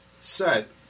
set